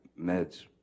meds